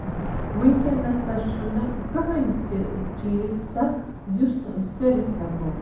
وٕنکٮ۪ن نَسا چھُنہٕ کٕہٕنۍ تہِ چیٖز سَکھ یُس نہٕ أسۍ کٔرِتھ ہٮ۪کو